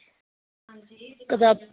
कताबां